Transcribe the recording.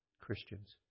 Christians